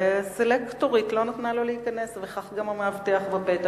הסלקטורית לא נתנה לו להיכנס וכך גם המאבטח בפתח.